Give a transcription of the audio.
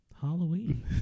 Halloween